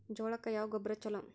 ಜೋಳಕ್ಕ ಯಾವ ಗೊಬ್ಬರ ಛಲೋ?